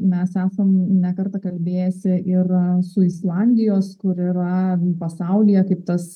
mes esam ne kartą kalbėjęsi ir su islandijos kur yra pasaulyje kaip tas